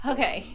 Okay